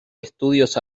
estudios